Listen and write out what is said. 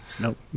Nope